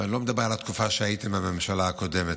ואני לא מדבר על התקופה שהייתם בממשלה הקודמת,